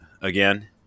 again